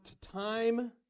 time